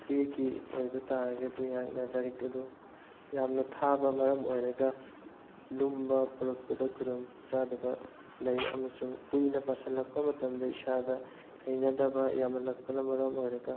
ꯆꯦꯒꯤ ꯑꯣꯏꯕ ꯇꯥꯔꯒꯗꯤ ꯑꯩꯍꯥꯛꯅ ꯂꯥꯏꯔꯤꯛ ꯑꯗꯨ ꯌꯥꯝꯅ ꯊꯥꯕ ꯃꯔꯝ ꯑꯣꯏꯔꯒ ꯂꯨꯝꯕ ꯄꯨꯔꯛꯄꯗ ꯈꯨꯗꯣꯡ ꯆꯥꯗꯕ ꯂꯩ ꯑꯃꯁꯨꯡ ꯀꯨꯏꯅ ꯄꯥꯁꯤꯜꯂꯛꯄ ꯃꯇꯝꯗ ꯏꯁꯥꯗ ꯍꯩꯅꯗꯕ ꯌꯥꯝꯃꯜꯂꯛꯄꯅ ꯃꯔꯝ ꯑꯣꯏꯔꯒ